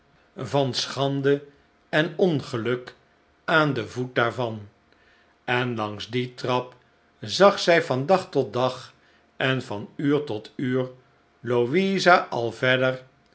verschande en ongeluk aan den voet daarvan en langs die trap zag zij van dag tot dag en van uur tot uur louisa al verder